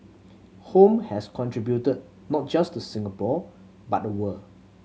home has contributed not just to Singapore but the world